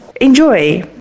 Enjoy